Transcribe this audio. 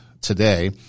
today